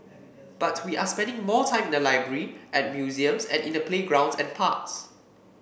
but we are spending more time in the library at museums and in the playgrounds and parks